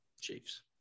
Chiefs